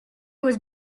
was